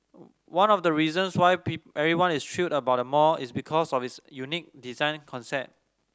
one of the reasons why everyone is thrilled about the mall is because of its unique design concept